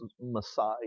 Messiah